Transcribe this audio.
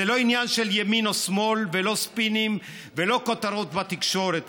זה לא עניין של ימין או שמאל ולא ספינים ולא כותרות בתקשורת.